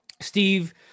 Steve